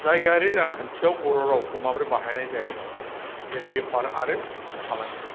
जायगायारि रांखान्थियाव बर' रावखौ माबोरै बाहायनाय जायो जेरै बेफार आरो फालांगि